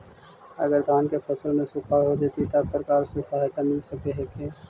अगर धान के फ़सल में सुखाड़ होजितै त सरकार से सहायता मिल सके हे?